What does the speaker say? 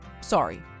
Sorry